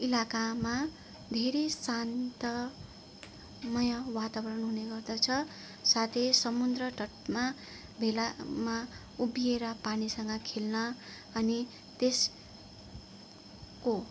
इलाकामा धेरै शान्तमय वातावरण हुने गर्दछ साथै समुद्र तटमा भेलामा उभिएर पानीसँग खेल्न पनि त्यसको